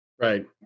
Right